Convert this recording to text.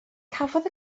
cafodd